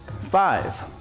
five